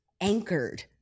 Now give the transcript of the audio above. anchored